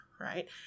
right